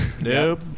Nope